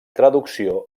traducció